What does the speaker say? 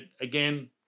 again